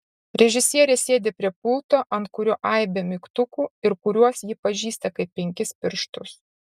režisierė sėdi prie pulto ant kurio aibė mygtukų ir kuriuos ji pažįsta kaip penkis pirštus